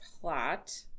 plot